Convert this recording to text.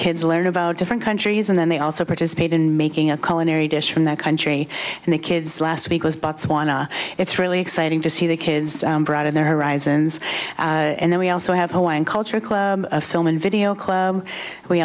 kids learn about different countries and then they also participate in making a call unary dish from their country and the kids last week was botswana it's really exciting to see the kids broaden their horizons and then we also have hawaiian culture club film and video club we